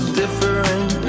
different